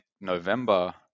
November